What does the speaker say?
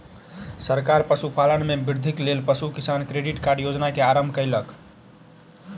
सरकार पशुपालन में वृद्धिक लेल पशु किसान क्रेडिट कार्ड योजना के आरम्भ कयलक